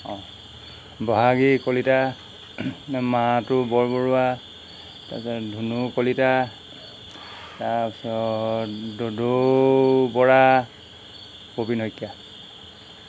অঁ বহাগী কলিতা মাহটো বৰবৰুৱা তাৰপিছত ধনু কলিতা তাৰপিছত দদৌ বৰা প্ৰবীন শইকীয়া